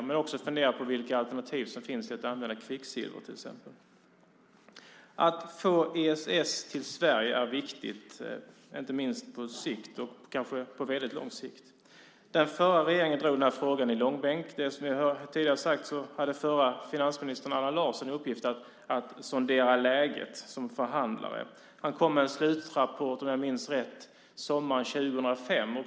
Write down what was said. Man måste också fundera på vilka alternativ som finns till att använda kvicksilver till exempel. Att få ESS till Sverige är viktigt, inte minst på sikt och kanske på väldigt lång sikt. Den förra regeringen drog den här frågan i långbänk. Som tidigare sagts hade förra finansministern Allan Larsson i uppgift att sondera läget som förhandlare. Han kom med en slutrapport, om jag minns rätt sommaren 2005.